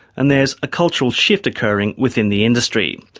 and there is a cultural shift occurring within the industry.